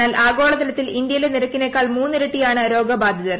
എന്നാൽ ആഗോള തലത്തിൽ ഇന്ത്യയിലെ നിരക്കിനെക്കാൾ മൂന്നിരട്ടിയാണ് രോഗബാധിതർ